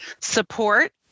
support